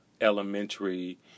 elementary